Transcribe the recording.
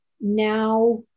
now